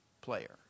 player